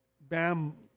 Bam